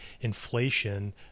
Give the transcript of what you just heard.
inflation